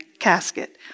casket